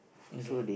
okay